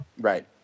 Right